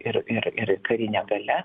ir ir ir karine galia